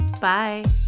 Bye